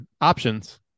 options